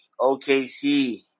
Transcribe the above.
OKC